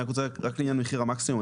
אני רק רוצה לעניין מחר המקסימום,